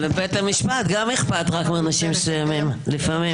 ולבית המשפט גם אכפת רק מאנשים מסוימים לפעמים.